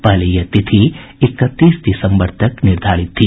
पहले यह तिथि इकतीस दिसंबर तक निर्धारित थी